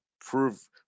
prove